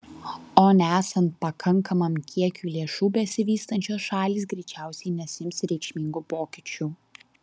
o nesant pakankamam kiekiui lėšų besivystančios šalys greičiausiai nesiims reikšmingų pokyčių